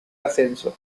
ascenso